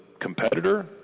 competitor